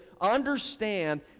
Understand